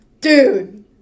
Dude